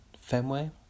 Fenway